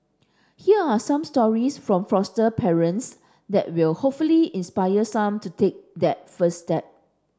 here are some stories from foster parents that will hopefully inspire some to take that first step